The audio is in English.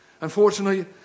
Unfortunately